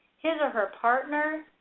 his or her partner,